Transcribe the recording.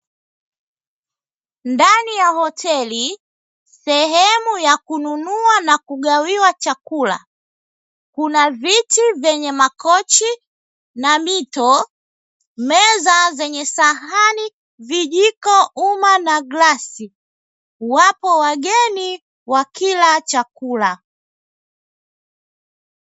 Ndani ya hoteli sehemu ya kununua na kugawiwa chakula, kuna viti vyenye makochi na mito, meza zenye sahani, vijiko, uma, na glasi. Wapo wageni wakila chakula.